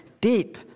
deep